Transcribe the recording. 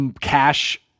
cash